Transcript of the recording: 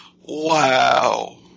wow